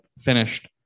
finished